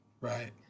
right